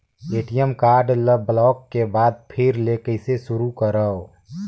ATM card ल block के बाद फिर ले कइसे शुरू करव?